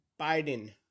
Biden